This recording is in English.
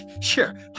sure